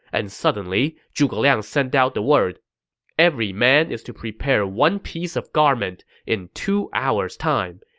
and suddenly, zhuge liang sent out the word every man is to prepare one piece of garment in two hours' time.